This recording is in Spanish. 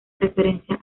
referencia